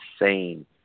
insane